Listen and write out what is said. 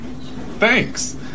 thanks